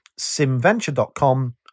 simventure.com